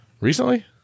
Recently